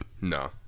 No